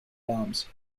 bombs